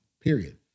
period